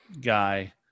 guy